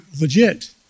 legit